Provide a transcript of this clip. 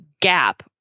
Gap